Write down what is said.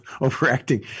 overacting